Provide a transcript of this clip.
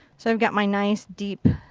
so i've got my nice deep